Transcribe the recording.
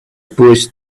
pushed